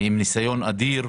היא עם ניסיון אדיר.